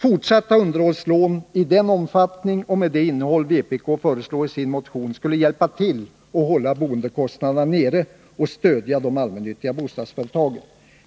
Fortsatta underhållslån i den omfattning och med det innehåll vpk föreslår i sin motion skulle hjälpa till att hålla boendekostnaderna nere och stödja de allmännyttiga bostadsföretagen.